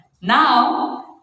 Now